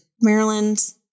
Maryland